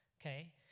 okay